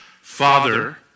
Father